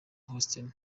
houston